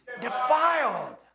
Defiled